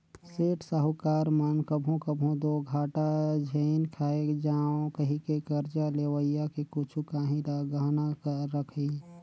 सेठ, साहूकार मन कभों कभों दो घाटा झेइन खाए जांव कहिके करजा लेवइया के कुछु काहीं ल गहना रखहीं